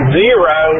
zero